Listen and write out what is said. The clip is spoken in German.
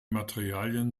materialien